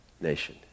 nation